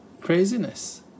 craziness